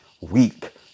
weak